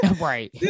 Right